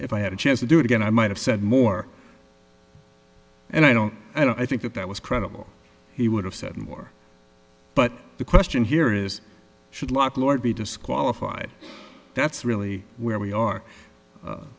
if i had a chance to do it again i might have said more and i don't i don't i think that that was credible he would have said more but the question here is should lot lord be disqualified that's really where we are